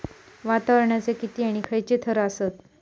वातावरणाचे किती आणि खैयचे थर आसत?